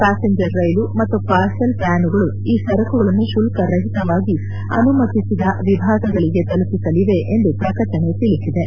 passenger rail ಮತ್ತು parcel ವ್ಲಾನುಗಳು ಈ ಸರಕುಗಳನ್ನು ಶುಲ್ಲ ರಹಿತವಾಗಿ ಅನುಮತಿಸಿದ ವಿಭಾಗಗಳಿಗೆ ತಲುಪಿಸಲಿವೆ ಎಂದು ಪ್ರಕಟಣೆ ತಿಳಿಸಿವೆ